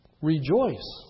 Rejoice